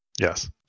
Yes